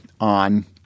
on